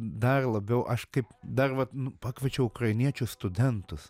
dar labiau aš kaip dar vat nu pakviečiau ukrainiečius studentus